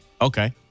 Okay